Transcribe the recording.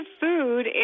food